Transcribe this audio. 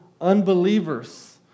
unbelievers